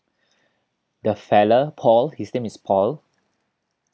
the fellow paul his name is paul